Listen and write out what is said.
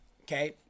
Okay